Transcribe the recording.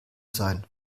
sein